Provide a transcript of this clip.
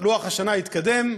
לוח השנה התקדם,